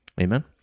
Amen